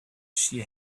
she